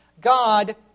God